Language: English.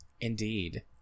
Indeed